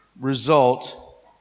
result